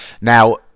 Now